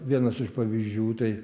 vienas iš pavyzdžių tai